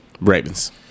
Ravens